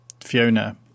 Fiona